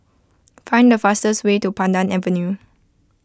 find the fastest way to Pandan Avenue